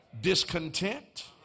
discontent